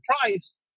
price